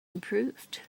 improved